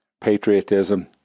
patriotism